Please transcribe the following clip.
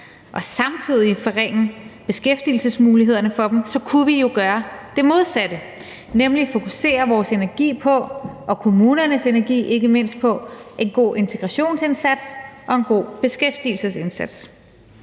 og samtidig forringe beskæftigelsesmulighederne for dem kunne vi jo gøre det modsatte, nemlig at fokusere vores energi og ikke mindst kommunernes energi på en god integrationsindsats og en god beskæftigelsesindsats.